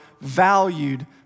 valued